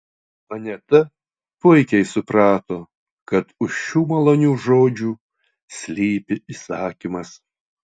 aneta puikiai suprato kad už šių malonių žodžių slypi įsakymas